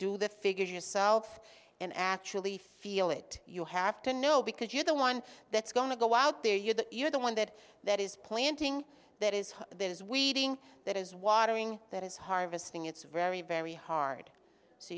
do the figures yourself and actually feel it you have to know because you're the one that's going to go out there you're the you're the one that that is planting that is there is weeding that is watering that is harvesting it's very very hard so